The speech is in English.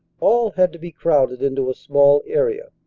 all had to be crowded into a small area.